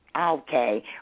Okay